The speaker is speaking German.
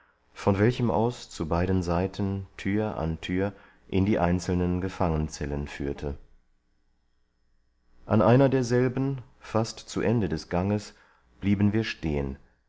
von welchem aus zu beiden seiten tür an tür in die einzelnen gefangenzellen führte an einer derselben fast zu ende des ganges blieben wir stehen